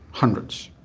hundreds,